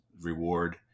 reward